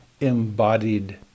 embodied